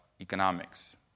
economics